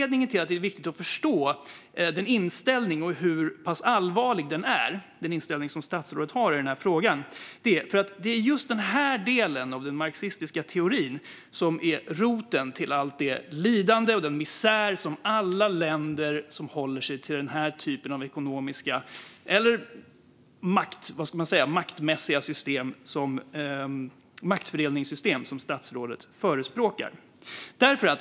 Det är viktigt att förstå hur pass allvarlig statsrådets inställning i den här frågan är, eftersom det är just den här delen av den marxistiska teorin som är roten till allt lidande och all misär i länder som håller sig med den typ av ekonomiska system eller maktfördelningssystem som statsrådet förespråkar.